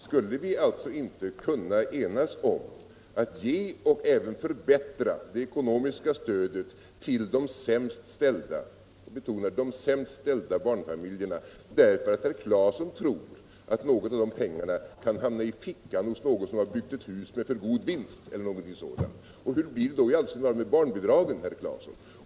Skulle vi alltså inte kunna enas om att ge ett ekonomiskt stöd — och även förbättra det — till de sämst ställda barnfamiljerna därför att herr Claeson tror att något av de pengarna kan hamna i fickan hos någon som har byggt ett hus med för god vinst eller någonting sådant? Hur blir det då i all sin dar med barnbidragen, herr Claeson?